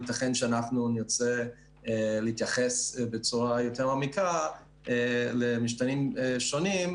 ייתכן שאנחנו נרצה להתייחס בצורה יותר מעמיקה למשתנים שונים,